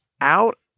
out